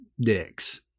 dicks